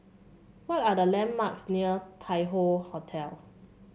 what are the landmarks near Tai Hoe Hotel